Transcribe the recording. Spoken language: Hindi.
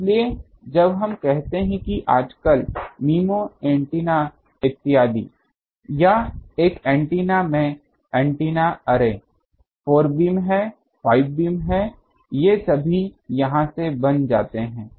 इसलिए जब हम कहते हैं कि आजकल MIMO एंटीना इत्यादि या एक एंटीना में ऐन्टेना अर्रे 4 बीम है 5 बीम हैं ये सभी यहां से बन जाते हैं